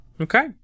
okay